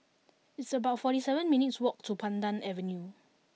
it's about forty seven minutes' walk to Pandan Avenue